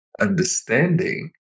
understanding